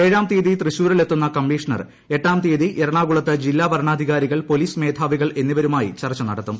ഏഴാം തീയതി തൃശൂരിൽ എത്തുന്ന കമ്മീഷണർ എട്ടാം തീയതി എറണാകുളത്ത് ജില്ലാ വരണാധികാര്യിക്ക്ൾ ്പോലീസ് മേധാവികൾ എന്നിവരുമായി ചർച്ച നടത്തും